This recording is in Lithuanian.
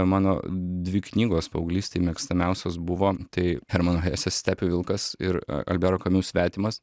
mano dvi knygos paauglystėj mėgstamiausios buvo tai hermano hesės stepių vilkas ir albero kamiu svetimas